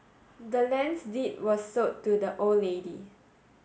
the land's deed was sold to the old lady